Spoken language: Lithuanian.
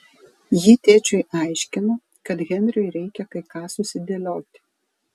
ji tėčiui aiškino kad henriui reikia kai ką susidėlioti